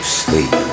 sleep